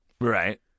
Right